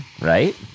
right